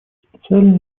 специальное